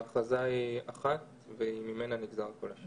ההכרזה היא אחת, וממנה נגזר כל השאר.